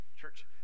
Church